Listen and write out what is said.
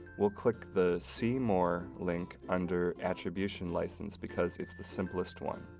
we'll click the see more link under attribution license because it's the simplest one.